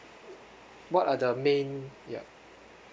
what are the main ya